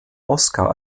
oscar